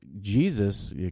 Jesus